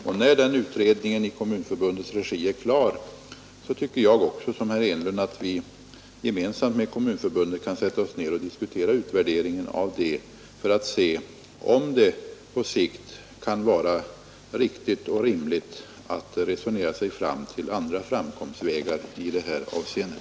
Och när den utredningen i Kommunförbundets regi är klar tycker jag, liksom herr Enlund, att vi gemensamt med Kommunförbundet kan diskutera utvärderingen av den för att se om det på sikt kan vara riktigt och rimligt att resonera oss fram till andra framkomstvägar i det här avseendet.